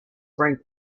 frank